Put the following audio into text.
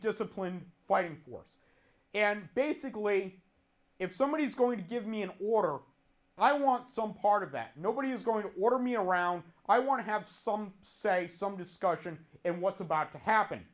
disciplined fighting force and basically if somebody is going to give me an order i want some part of that nobody is going to order me around i want to have some say some discussion and what's about to happen